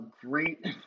Great